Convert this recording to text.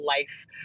life